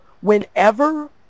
whenever